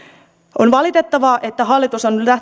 on valitettavaa että hallitus on